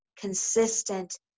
consistent